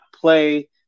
play